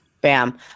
bam